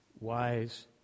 wise